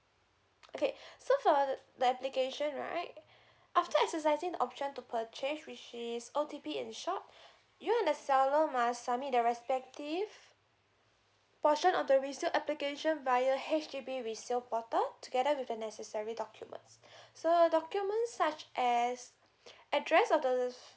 okay so for the application right after exercising the option to purchase which is O_T_P in short you and the seller must submit the respective portion of the resale application via H_D_B resale portal together with the necessary documents so document such as address of the